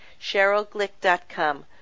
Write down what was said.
cherylglick.com